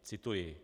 Cituji: